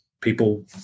people